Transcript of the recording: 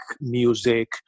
music